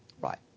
Right